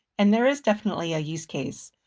and there is definitely a use case.